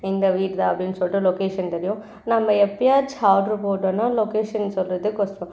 இந்த வீடு தான் அப்படின்னு சொல்லிட்டு லொக்கேஷன் தெரியும் நம்ம எப்போயாச்சும் ஆர்ட்ரு போட்டோன்னா லொக்கேஷன் சொல்லுறது கஷ்டம்